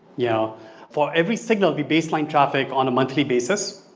yeah for every signal we baseline traffic on a monthly basis.